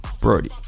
Brody